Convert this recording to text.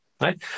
right